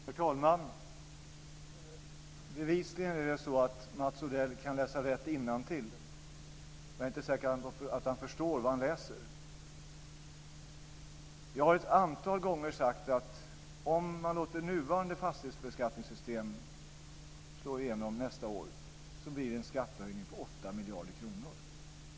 Herr talman! Bevisligen kan Mats Odell läsa rätt innantill, men jag är inte säker på att han förstår vad han läser. Jag har ett antal gånger sagt att om man låter nuvarande fastighetsbeskattningssystem slå igenom nästa år blir det en skattehöjning på 8 miljarder kronor.